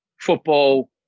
football